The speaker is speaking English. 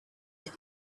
that